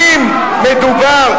אהההה.